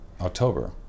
October